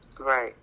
Right